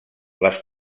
les